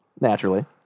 Naturally